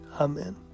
Amen